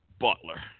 Butler